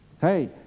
hey